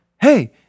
hey